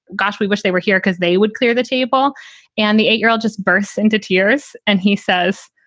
gosh, we wish they were here because they would clear the table and the eight year old just burst into tears and he says,